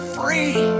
free